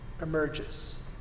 emerges